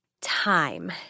time